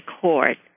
court